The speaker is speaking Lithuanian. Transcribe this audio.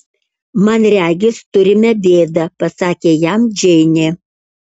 man regis turime bėdą pasakė jam džeinė